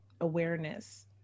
awareness